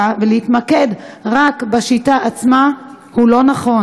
ולהתמקד רק בשיטה עצמה הוא לא נכון.